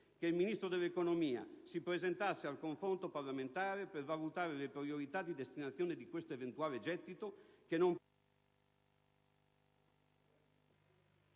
che il Ministro dell'economia si presentasse al confronto parlamentare per valutare le priorità di destinazione di questo eventuale maggiore gettito, che non